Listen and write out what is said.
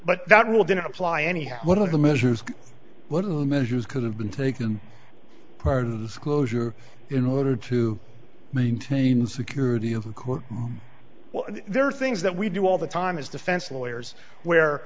but that rule didn't apply any one of the measures measures could have been taken closure in order to maintain security if there are things that we do all the time is defense lawyers where